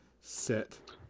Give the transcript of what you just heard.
sit